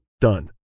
Done